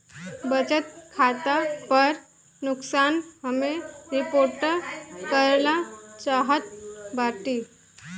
बचत खाता पर नुकसान हम रिपोर्ट करल चाहत बाटी